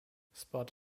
spot